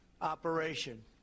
operation